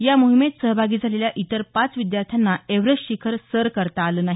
या मोहिमेत सहभागी झालेल्या इतर पाच विद्यार्थ्यांना एव्हरेस्ट शिखर सर करता आले नाही